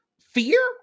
fear